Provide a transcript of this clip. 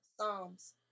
Psalms